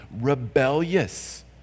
rebellious